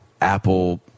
apple